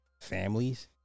families